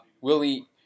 Willie